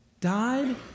died